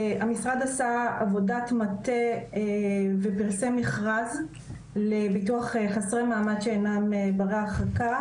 המשרד עשה עבודת מטה ופרסם מכרז לביטוח חסרי מעמד שאינם ברי הרחקה.